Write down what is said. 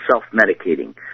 self-medicating